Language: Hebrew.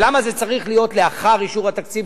ולמה זה צריך להיות לאחר אישור התקציב,